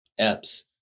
eps